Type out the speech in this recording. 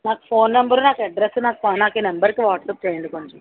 నాకు phone number నాకు address నాకు నాకీ నెంబర్కి వాట్సప్ చేయండి కొంచెం